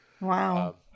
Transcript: Wow